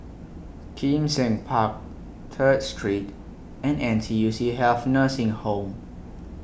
Kim Seng Park Third Street and N T U C Health Nursing Home